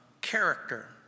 character